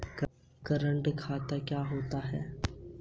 Current खाता कौन खुलवाता है?